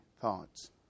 thoughts